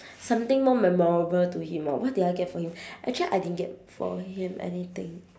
something more memorable to him orh what did I get for him actually I didn't get for him anything